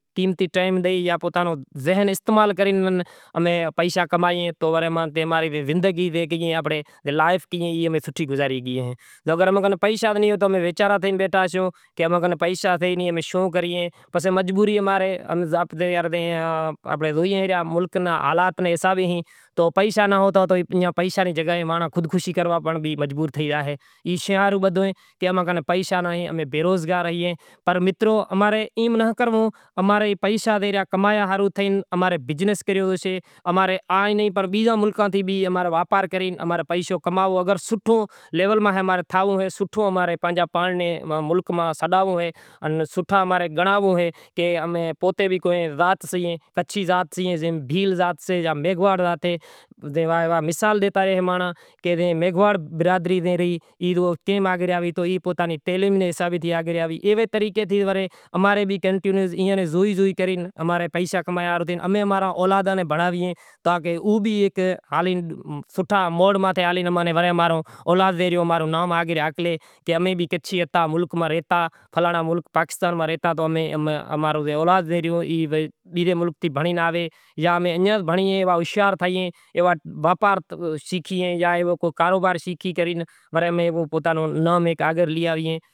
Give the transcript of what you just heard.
کماند تھائیسے ای فصل تمام موٹو ہوئیسے جیں ناں بارہاں مہینڑا پورا لاگے سیں ماناں، تیار تھاتا سوٹھے نانڑے تھیں امیں واڈھی کرے مارکیٹ میں ویسی ہیں تو وری ای ماتھے امیں سوٹھو ہیک فائدو زڑی گی ہیں، امار ننکا فصل ہوئیں ای بھی واوی ہیں گرمی رے حساب تھیں تو کجھ گرمی میں بھی فصل تھائیسے، جے ماں کافی کجھ تھائے تو کہے فصل تھے ریا پسے وری سوٹھو ہیک پروفٹ کری ریا ایویوں بیزیوں بھی شیوں سے جے ماں اونہاراں میں بھی آوے شیاراں میں بھی آوے شیاراں میں بھی ہوئے فصل تھے گیا جے ماں کنڑنک تھے گئی جے ماں ترن ہیناں میں تیار تھے گئی جے ماں کھیڑی کراوی جے ماں بیز بیز سانٹے پسے ورے امیں بھانڑ بھتر ڈئی تے تھی امیں تیار کری ایئں تھی واڈھی کری فصل نیں وری بھیگو کریئں بھیگو کری ایئں تھی بعد وری مشین ماں کاڈھے پسے اینے کنڑنک وہری گھرے لے زائیں۔ ایوے طریقے تھی کافی کجھ بیزے اینا میں امارے فصل تھائے ریا ای بھی اوگے سے ایوے حساب تھی ای بھی امارو فصل تھائیشے بچت ای پنڑ بھی امیں لئی جاں۔